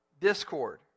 Discord